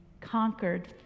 conquered